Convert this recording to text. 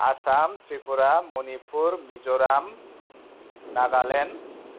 Assam Tripura Manipur Mizoram Nagaland